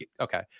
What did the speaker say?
Okay